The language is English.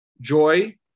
joy